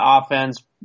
offense